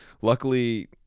Luckily